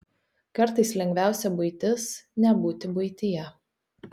kartais lengviausia buitis nebūti buityje